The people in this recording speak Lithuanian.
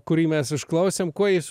kurį mes išklausėm kuo jis